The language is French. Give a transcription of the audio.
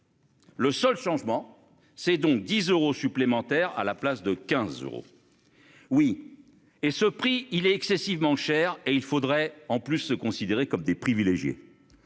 Le seul changement c'est donc 10 euros supplémentaires à la place de 15 euros. Oui et ce prix il est excessivement cher et il faudrait en plus se considérer comme des privilégiés.